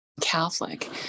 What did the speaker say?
Catholic